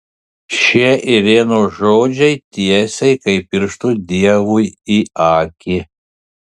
šie irenos žodžiai tiesiai kaip pirštu dievui į akį